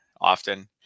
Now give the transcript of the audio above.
often